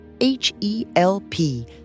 H-E-L-P